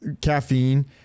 caffeine